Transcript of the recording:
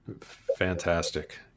Fantastic